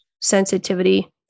sensitivity